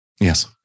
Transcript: Yes